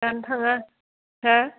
दानो थाङा हो